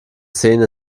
szene